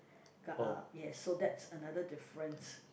uh yes so that's another difference